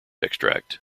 extract